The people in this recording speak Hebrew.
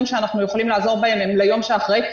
שאנחנו יכולים לעזור בהם הם ליום שאחרי,